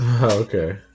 okay